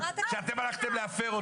כשאתם הלכתם להפר אותו.